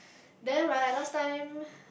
then right last time